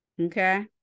okay